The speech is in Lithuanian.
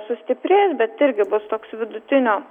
sustiprės bet irgi bus toks vidutinio